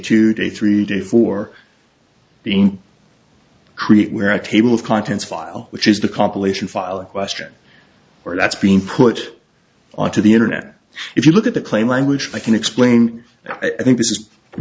to day three day for being create where our table of contents file which is the compilation file a question for that's been put onto the internet if you look at the claim language i can explain i think th